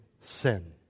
sin